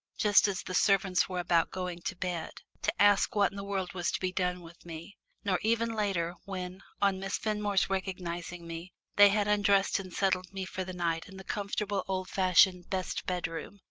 just as the servants were about going to bed, to ask what in the world was to be done with me nor even later, when, on miss fenmore's recognising me, they had undressed and settled me for the night in the comfortable old-fashioned best bedroom,